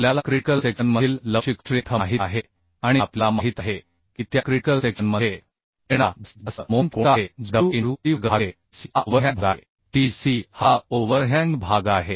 आपल्याला क्रिटिकल सेक्शनमधील लवचिक स्ट्रेंथ माहित आहे आणि आपल्याला माहित आहे की त्या क्रिटिकल सेक्शनमध्ये येणारा जास्तीत जास्त मोमेंट कोणता आहे जो w इनटू c वर्ग भागिले tc हा ओव्हरहॅंग भाग आहे